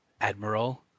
Admiral